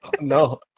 No